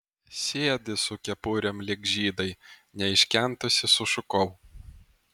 sėdi su kepurėm lyg žydai neiškentusi sušukau